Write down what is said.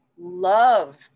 love